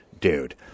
Dude